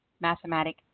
mathematic